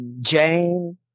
Jane